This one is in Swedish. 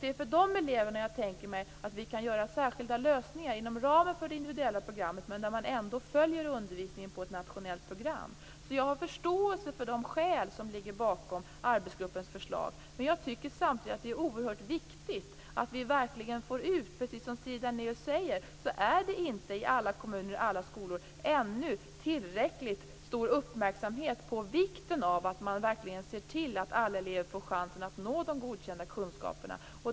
Det är för de eleverna som jag tänker mig att vi kan göra särskilda lösningar inom ramen för det individuella programmet samtidigt som de följer undervisningen på ett nationellt program. Jag har förståelse för de skäl som ligger bakom arbetsgruppens förslag. Men jag tycker samtidigt att det är oerhört viktigt att vi kan föra ut detta. Precis som Siri Dannaeus säger ägnar ännu inte alla kommuner och skolor tillräckligt stor uppmärksamhet åt att verkligen se till att alla elever får chansen att nå de godkända kunskaperna.